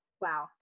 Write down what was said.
Wow